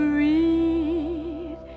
read